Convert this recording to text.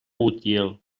utiel